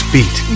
Beat